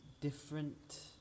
different